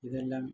ഇതെല്ലാം